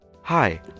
Hi